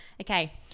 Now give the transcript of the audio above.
Okay